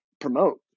promote